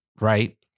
Right